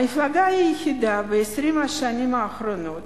המפלגה היחידה ב-20 השנים האחרונות